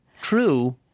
true